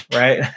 right